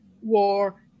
War